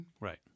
Right